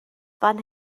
fan